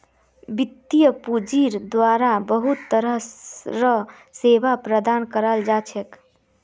वित्तीय पूंजिर द्वारा बहुत तरह र सेवा प्रदान कराल जा छे